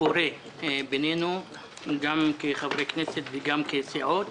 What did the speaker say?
פורה בינינו גם כחברי כנסת וגם כסיעות.